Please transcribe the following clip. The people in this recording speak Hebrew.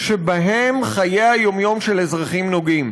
שבהן חיי היום-יום של אזרחים נוגעים,